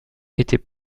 était